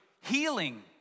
healing